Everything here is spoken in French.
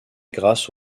grâce